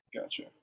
Gotcha